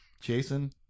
Jason